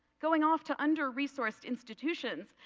going off to underresourced institutions,